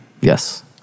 Yes